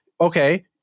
okay